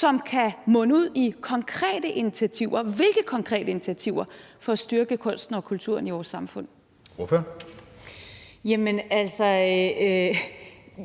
der kan munde ud i konkrete initiativer – og hvilke konkrete initiativer? – for at styrke kunsten og kulturen i vores samfund? Kl. 10:44 Anden